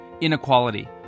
inequality